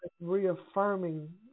reaffirming